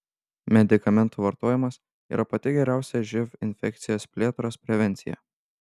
medikamentų vartojimas yra pati geriausia živ infekcijos plėtros prevencija